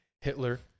Hitler